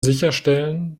sicherstellen